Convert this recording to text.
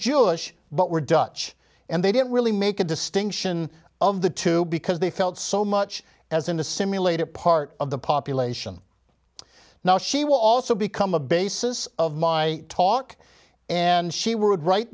jewish but we're dutch and they don't really make a distinction of the two because they felt so much as in a simulator part of the population now she will also become a basis of my talk and she would write